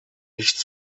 nicht